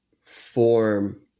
form